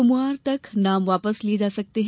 सोमवार तक नाम वापस लिए जा सकते हैं